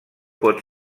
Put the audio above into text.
pot